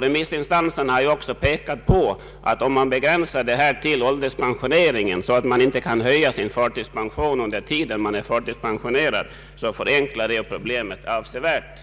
Remissinstanserna har också pekat på att om möjlighet inte ges att höja förtidspensionsbeloppet under den tid vederbörande är förtidspensionerad så förenklas problemet avsevärt.